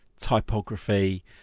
typography